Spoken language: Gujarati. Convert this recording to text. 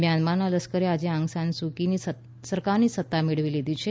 મ્યાનમારના લશ્કરે આજે આંગસાન સુ કીની સરકારની સત્તા મેળવી લીધી છે